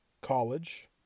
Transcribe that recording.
college